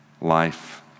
life